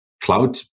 cloud